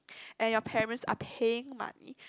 and your parents are paying money